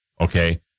okay